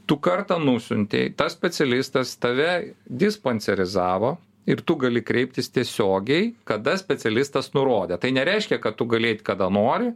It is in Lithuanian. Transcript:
tu kartą nusiuntei tą specialistas tave dispanserizavo ir tu gali kreiptis tiesiogiai kada specialistas nurodė tai nereiškia kad tu gali kada nori